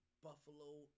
Buffalo